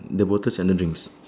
the bottle's under drinks